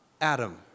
Adam